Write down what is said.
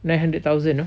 nine hundred thousand uh